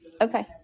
Okay